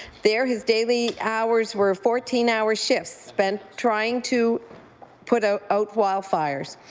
there his daily hours were fourteen hour shifts spent trying to put ah out wildfires.